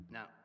Now